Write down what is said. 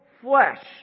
flesh